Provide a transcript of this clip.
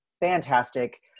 fantastic